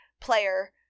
player